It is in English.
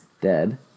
Dead